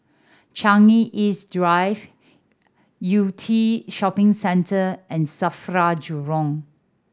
Changi East Drive Yew Tee Shopping Centre and SAFRA Jurong